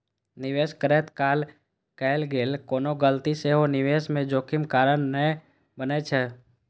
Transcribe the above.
निवेश करैत काल कैल गेल कोनो गलती सेहो निवेश मे जोखिम कारण बनै छै